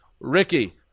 Ricky